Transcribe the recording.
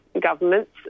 governments